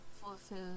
fulfill